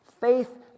Faith